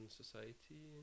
society